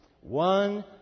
One